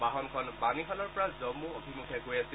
বাহনখন বাণীহালৰ পৰা জম্মু অভিমুখী গৈ আছিল